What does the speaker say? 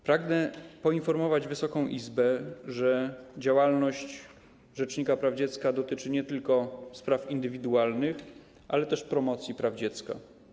Pragnę poinformować Wysoką Izbę, że działalność rzecznika praw dziecka dotyczy nie tylko spraw indywidualnych, ale też promocji praw dziecka.